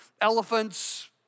elephants